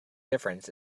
difference